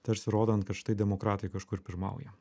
tarsi įrodant kad štai demokratai kažkur pirmauja